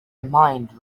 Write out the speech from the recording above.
mind